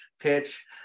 pitch